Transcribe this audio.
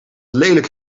lelijk